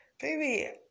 Baby